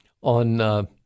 on